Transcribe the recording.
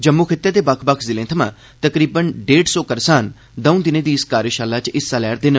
जम्मू खिते दे बक्ख बक्ख जिलें थमां तकरीबन डेढ़ सौ करसान दौं दिनें दी इस कार्यशाला च हिस्सा लै' रदे न